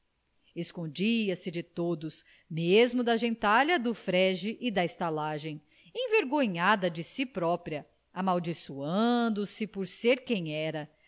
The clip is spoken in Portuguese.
escondia se de todos mesmo da gentalha do frege e da estalagem envergonhada de si própria amaldiçoando se por ser quem era